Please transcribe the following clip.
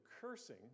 cursing